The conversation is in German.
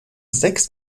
sechs